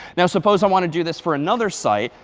now, suppose i want to do this for another site.